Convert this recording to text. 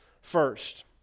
first